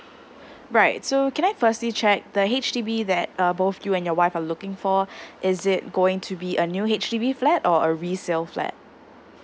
right so can I firstly check the H_D_B that uh both you and your wife are looking for is it going to be a new H_D_B flat or a resale flat